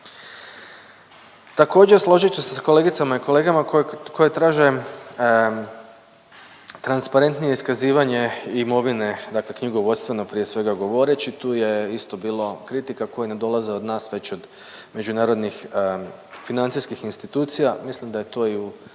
Također složit ću sa kolegicama i kolegama koje traže transparentnije iskazivanje imovine dakle knjigovodstveno prije svega govoreći tu je isto bilo kritika koje ne dolaze od nas već od međunarodnih financijskih institucija. Mislim da je to i u